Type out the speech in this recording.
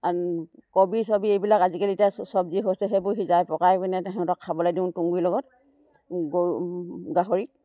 আন কবি চবি এইবিলাক আজিকালি এতিয়া চব্জি হৈছে সেইবোৰ সিজাই পকাই পিনে সহঁতক খাবলৈ দিওঁ তুঁহগুৰি লগত গৰু গাহৰিক